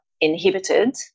inhibited